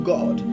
God